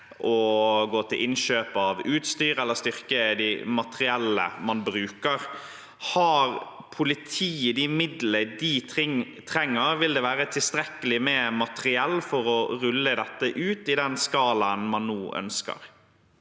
til innkjøp av utstyr eller styrke det materiellet man bruker. Har politiet de midlene de trenger? Vil det være tilstrekkelig med materiell for å rulle dette ut i den skalaen man nå ønsker?